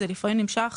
זה לפעמים נמשך